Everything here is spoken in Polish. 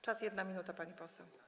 Czas - 1 minuta, pani poseł.